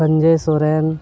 Sanjay Soren